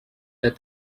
that